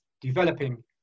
developing